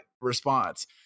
response